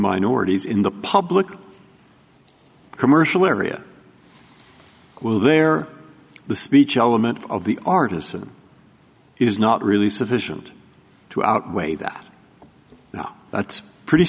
minorities in the public commercial area well there the speech element of the artisan is not really sufficient to outweigh that now that's pretty